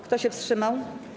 Kto się wstrzymał?